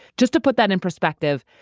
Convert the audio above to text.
just to put that in perspective,